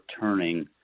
turning